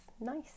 nice